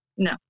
No